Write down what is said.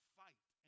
fight